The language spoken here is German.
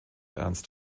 ernst